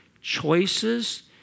choices